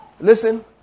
Listen